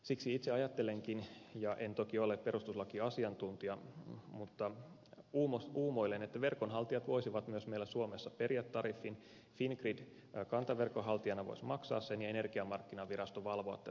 siksi itse ajattelenkin en toki ole perustuslakiasiantuntija mutta uumoilen että verkonhaltijat voisivat myös meillä suomessa periä tariffin fingrid kantaverkon haltijana voisi maksaa sen ja energiamarkkinavirasto voisi valvoa tätä toimintaa